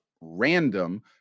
random